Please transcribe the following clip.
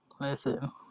Listen